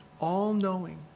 all-knowing